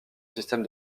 système